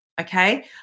okay